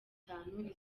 itanu